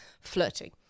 flirting